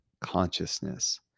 consciousness